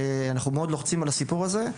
אנחנו מאוד לוחצים על הסיפור הזה.